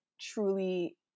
truly